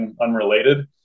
unrelated